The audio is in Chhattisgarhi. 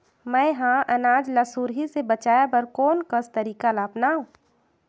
मैं ह अनाज ला सुरही से बचाये बर कोन कस तरीका ला अपनाव?